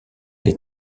les